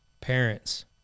Parents